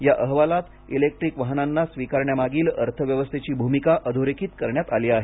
या अहवालात इलेक्ट्रिक वाहनांना स्वीकारण्यामागील अर्थव्यवस्थेची भूमिका अधोरेखित करण्यात आली आहे